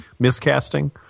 miscasting